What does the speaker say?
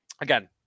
again